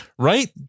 Right